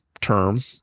term